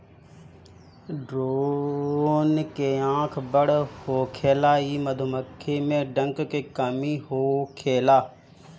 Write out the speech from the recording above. drone के आँख बड़ होखेला इ मधुमक्खी में डंक के कमी होखेला